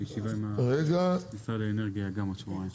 הישיבה עם משרד האנרגיה גם בעוד שבועיים.